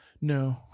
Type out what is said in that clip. No